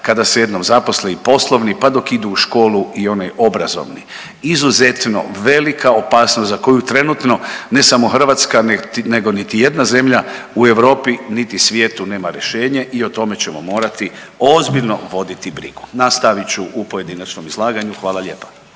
kada se jednom zaposli i poslovni, pa dok idu u školu i onaj obrazovni. Izuzetno velika opasnost za koju trenutno ne samo Hrvatska nego niti jedna zemlja u Europi niti svijetu nema rješenje i o tome ćemo morati ozbiljno voditi brigu. Nastavit ću u pojedinačnom izlaganju. Hvala lijepa.